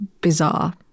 bizarre